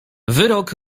wyrok